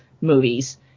movies